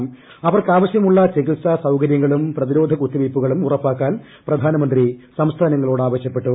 ്രഅവർക്കാവശ്യമുള്ള ചികിത്സാ സൌകര്യങ്ങളും പ്രതിരോധക്ടൂത്തിവയ്പ്പുകളും ഉറപ്പാക്കാൻ പ്രധാനമന്ത്രി സംസ്ഥാനിങ്ങ്ളോട് ആവശ്യപ്പെട്ടു